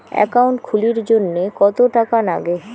Account খুলির জন্যে কত টাকা নাগে?